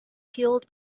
fueled